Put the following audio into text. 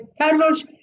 Carlos